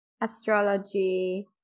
astrology